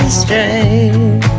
strange